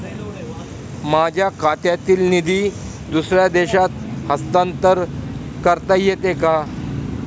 माझ्या खात्यातील निधी दुसऱ्या देशात हस्तांतर करता येते का?